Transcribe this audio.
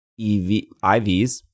IVs